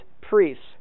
priests